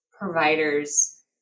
providers